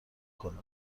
کنیم